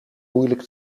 moeilijk